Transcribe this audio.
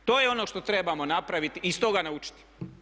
E to je ono što trebamo napraviti i iz toga naučiti.